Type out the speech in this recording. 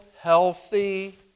healthy